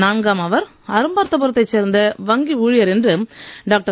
நான்காமவர் அரும்பார்த்தபுரத்தைச் சேர்ந்த வங்கி ஊழியர் என்று டாக்டர்